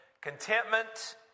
contentment